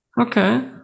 Okay